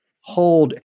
hold